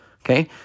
Okay